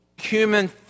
human